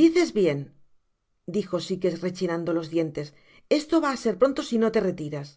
dices bien dijo sikes rechinando los dientes esto va á ser pronto si no te retiras